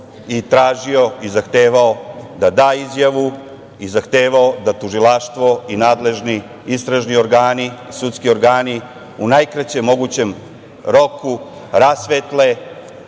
i tražio i zahtevao da da izjavu i zahtevao da Tužilaštvo i nadležni istražni organi i sudski organi u najkraćem mogućem roku rasvetle